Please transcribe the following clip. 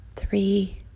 Three